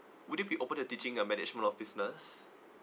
would you be open to the teaching of management of business